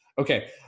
Okay